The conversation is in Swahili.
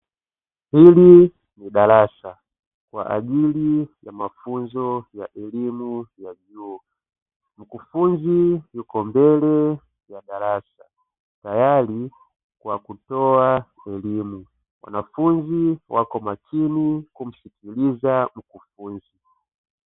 Hili ni darasa, kwa ajili ya mafunzo ya elimu ya vyuo mkufunzi yuko mbele ya darasa tayari kwa kutoa elimu, wanafunzi wako makini kumsikiliza mkufunzi.